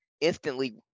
instantly